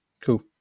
cool